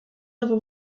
over